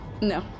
No